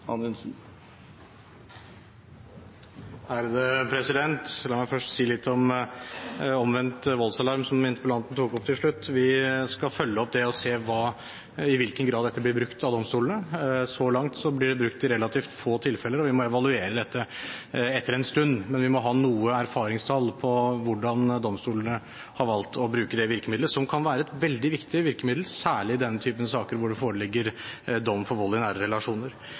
La meg først si litt om omvendt voldsalarm, som interpellanten tok opp til slutt. Vi skal følge opp det og se i hvilken grad dette blir brukt av domstolene. Så langt blir det brukt i relativt få tilfeller, og vi må evaluere dette etter en stund. Men vi må ha erfaringstall for hvordan domstolene har valgt å bruke det virkemiddelet, som kan være et veldig viktig virkemiddel, særlig i den type saker hvor det foreligger dom for vold i nære relasjoner.